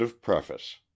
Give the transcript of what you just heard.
preface